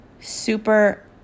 super